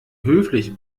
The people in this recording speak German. höflich